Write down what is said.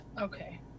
Okay